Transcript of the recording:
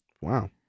Wow